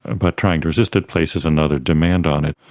and but trying to resist it places another demand on it.